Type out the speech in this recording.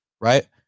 right